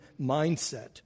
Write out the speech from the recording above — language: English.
mindset